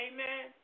Amen